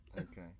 Okay